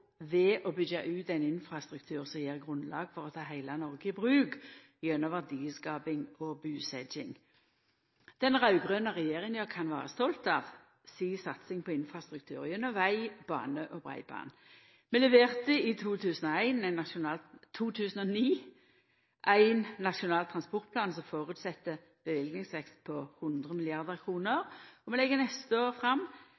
ved å byggja ut ein infrastruktur som gjev grunnlag for å ta heile Noreg i bruk gjennom verdiskaping og busetjing. Den raud-grøne regjeringa kan vera stolt av si satsing på infrastruktur, gjennom veg, bane og breiband. Vi leverte i 2009 ein nasjonal transportplan som føreset ein løyvingsvekst på 100